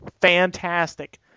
fantastic